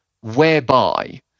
whereby